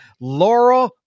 Laura